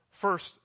First